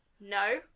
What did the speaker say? No